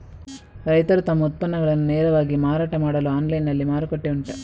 ರೈತರು ತಮ್ಮ ಉತ್ಪನ್ನಗಳನ್ನು ನೇರವಾಗಿ ಮಾರಾಟ ಮಾಡಲು ಆನ್ಲೈನ್ ನಲ್ಲಿ ಮಾರುಕಟ್ಟೆ ಉಂಟಾ?